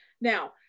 Now